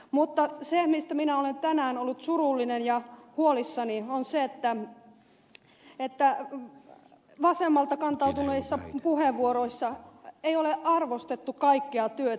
mutta se mistä minä olen tänään ollut surullinen ja huolissani on se että vasemmalta kantautuneissa puheenvuoroissa ei ole arvostettu kaikkea työtä